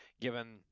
given